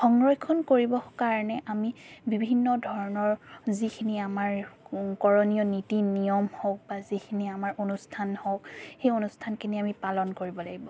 সংৰক্ষণ কৰিবৰ কাৰণে আমি বিভিন্ন ধৰণৰ যিখিনি আমাৰ কৰণীয় নীতি নিয়ম হওক বা যিখিনি আমাৰ অনুষ্ঠান হওক সেই অনুষ্ঠানখিনি আমি পালন কৰিব লাগিব